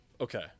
Okay